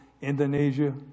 Indonesia